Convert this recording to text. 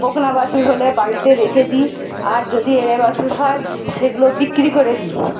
বখনা বাছুর হলে বাড়িতে রেখে দিই আর যদি এঁড়ে বাছুর হয় সেগুলো বিক্রি করে দিই